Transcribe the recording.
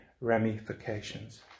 ramifications